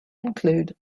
include